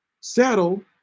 settle